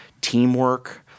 teamwork